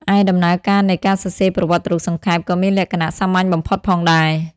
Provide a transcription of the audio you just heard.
ឯដំណើរការនៃការសរសេរប្រវត្តិរូបសង្ខេប ក៏មានលក្ខណៈសាមញ្ញបំផុតផងដែរ។